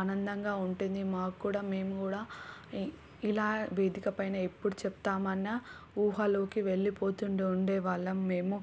ఆనందంగా ఉంటుంది మాకు కూడా మేము కూడా ఇలా వేదిక పైన ఎప్పుడు చెప్తామన్న ఊహలోకి వెళ్ళిపోతున్నాడు ఉండేవాళ్ళము మేము